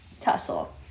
Tussle